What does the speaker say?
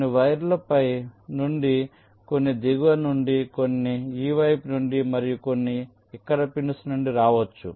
కొన్ని వైర్లు పై నుండి కొన్ని దిగువ నుండి కొన్ని ఈ వైపు నుండి మరియు కొన్ని ఇక్కడ పిన్స్ నుండి రావచ్చు